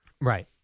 Right